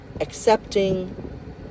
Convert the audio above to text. accepting